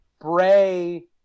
Bray